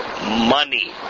Money